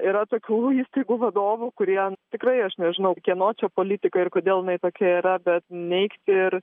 yra tokių įstaigų vadovų kurie tikrai aš nežinau kieno čia politika ir kodėl jinai tokia yra bet neigti ir